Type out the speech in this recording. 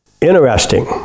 interesting